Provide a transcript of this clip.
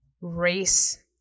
race